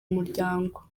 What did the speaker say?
umuryango